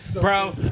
Bro